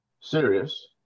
serious